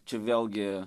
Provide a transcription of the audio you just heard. čia vėlgi